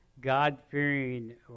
God-fearing